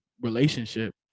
relationship